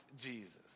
Jesus